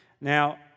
Now